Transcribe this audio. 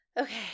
Okay